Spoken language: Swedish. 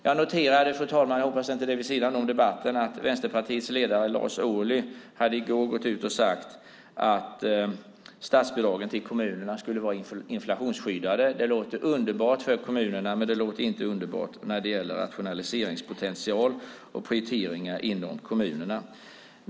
Jag noterade, fru talman, jag hoppas att det inte är vid sidan om debatten, att Vänsterpartiets ledare Lars Ohly i går sade att statsbidragen till kommunerna skulle vara inflationsskyddade. Det låter underbart för kommunerna, men det låter inte underbart när det gäller rationaliseringspotential och prioriteringar inom kommunerna.